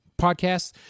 podcasts